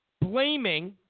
blaming